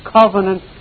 covenant